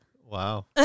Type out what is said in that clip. Wow